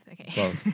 okay